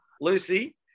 lucy